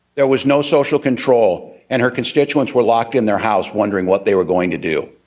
there was no social control. and her constituents were locked in their house wondering what they were going to do.